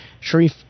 Sharif